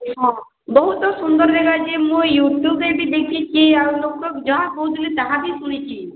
ହଁ ବହୁତ ସୁନ୍ଦର ଦେଖାଯାଏ ମୁଁ ୟୁଟ୍ୟୁବ୍ ରେ ବି ଦେଖିଚି ଆଉ ଲୋକ ଯାହା କହୁଥୁଲେ ତାହା ବି ଶୁଣିଛି